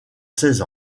seize